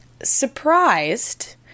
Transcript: surprised